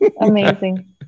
Amazing